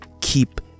Keep